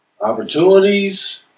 opportunities